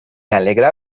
alegra